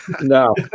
No